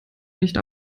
nicht